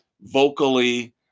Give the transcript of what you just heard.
vocally